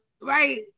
right